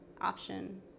option